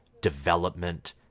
development